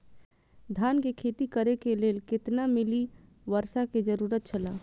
धान के खेती करे के लेल कितना मिली वर्षा के जरूरत छला?